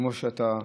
כמו שאתה נראה,